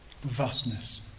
vastness